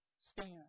stand